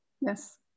Yes